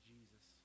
Jesus